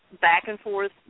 back-and-forth